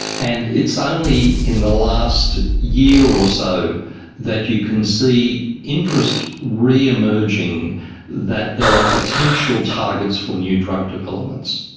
and it's only in the last year or so that you can see interest re-emerging that there are potential targets for new drug developments.